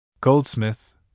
goldsmith